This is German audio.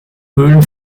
höhlen